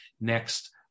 next